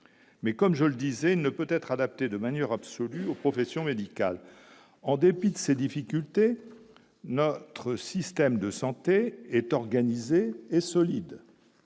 mais comme je le disais, ne peut être adaptée de manière absolue aux professions médicales en dépit de ses difficultés, notre système de santé est organisé et solide,